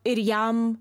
ir jam